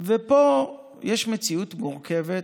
ופה יש מציאות מורכבת,